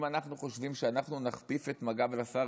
אם אנחנו חושבים שאנחנו נכפיף את מג"ב לשר